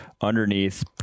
underneath